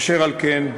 אשר על כן,